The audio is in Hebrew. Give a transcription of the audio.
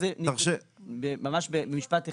ממש משפט אחד.